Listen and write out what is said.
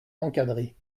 encadrées